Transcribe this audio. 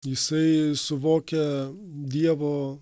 jisai suvokia dievo